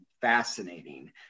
fascinating